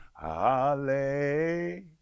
Hallelujah